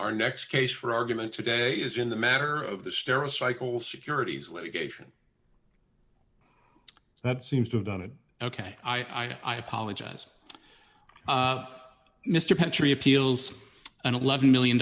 our next case for argument today is in the matter of the sterile cycle securities litigation that seems to have done it ok i apologize mr petrie appeals an eleven million